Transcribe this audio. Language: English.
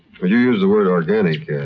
when you use the word organic, yeah